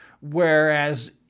Whereas